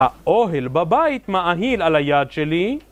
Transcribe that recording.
האוהל בבית מאהיל על היד שלי